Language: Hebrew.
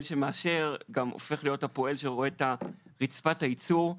שמאשר גם הופך להיות הפועל שרואה את רצפת הייצור.